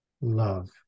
love